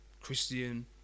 christian